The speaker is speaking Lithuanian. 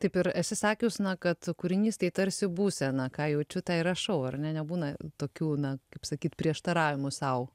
taip ir esi sakius na kad kūrinys tai tarsi būsena ką jaučiu tą ir rašau ar ne nebūna tokių na kaip sakyt prieštaravimų sau